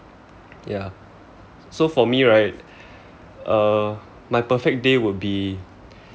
ya so for me right uh my perfect day would be